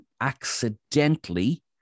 accidentally